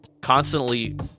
constantly